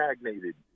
stagnated